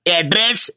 address